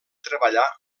treballar